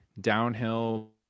downhill